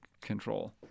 control